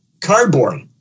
cardboard